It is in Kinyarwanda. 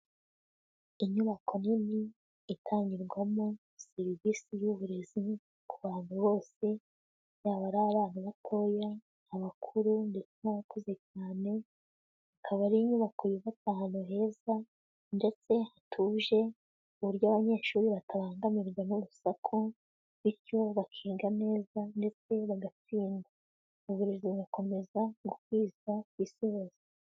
Inyubako nini itangirwamo serivisi y'uburezi ku bantu bose, yaba ari abana batoya, abakuru n'abakuze cyane, akaba ari inyubako yubatse ahantu heza, ndetse hatuje, ku buryo abanyeshuri batabangamirwa n'urusaku, bityo bakiga neza ndetse bagatsinda. Uburezi bugakomeza gukwizwa ku isi hose.